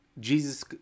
Jesus